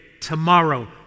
tomorrow